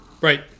Right